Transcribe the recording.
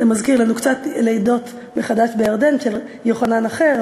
זה מזכיר לנו קצת לידות מחדש בירדן של יוחנן אחר,